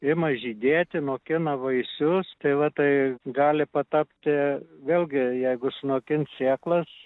ima žydėti nokina vaisius tai va tai gali patapti vėlgi jeigu sunokins sėklas